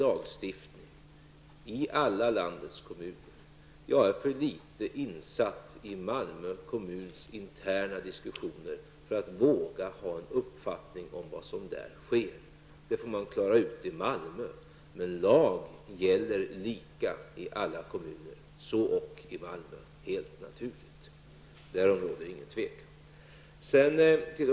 Lagstiftningen gäller för alla landets kommuner. Jag är för dåligt insatt i Malmö kommuns interna diskussioner för att våga ha någon uppfattning om vad som där sker. Det får man klara ut i Malmö. Men naturligtvis gäller lagen lika för alla kommuner, så ock för Malmö. Därom råder inget tvivel.